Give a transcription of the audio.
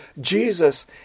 Jesus